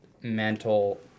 mental